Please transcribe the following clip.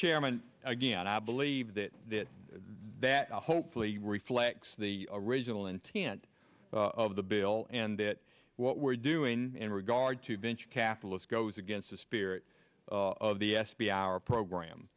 chairman again i believe that they hopefully reflects the original intent of the bill and that what we're doing in regard to venture capitalist goes against the spirit of the s b a our program